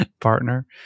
partner